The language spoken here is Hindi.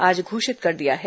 आज घोषित कर दिया है